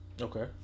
okay